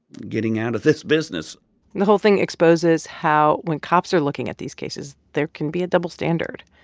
getting out of this business the whole thing exposes how when cops are looking at these cases, there can be a double standard.